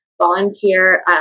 volunteer